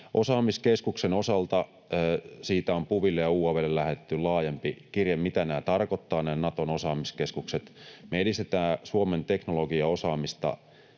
Osaamiskeskuksen osalta on PuVille ja UaV:lle lähetetty laajempi kirje siitä, mitä nämä Naton osaamiskeskukset tarkoittavat. Me edistetään Suomen teknologiaosaamista